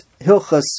Hilchas